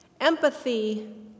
Empathy